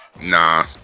nah